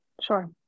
Sure